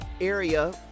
area